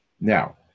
Now